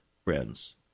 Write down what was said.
Friends